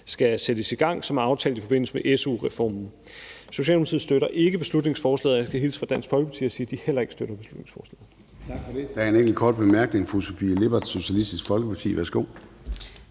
skal sættes i gang som aftalt i forbindelse med su-reformen. Socialdemokratiet støtter ikke beslutningsforslaget, og jeg skal hilse fra Dansk Folkeparti og sige, at de heller ikke støtter beslutningsforslaget.